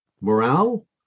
morale